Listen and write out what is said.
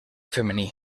femení